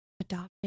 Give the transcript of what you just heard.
adopted